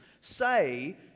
say